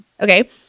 Okay